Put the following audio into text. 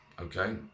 okay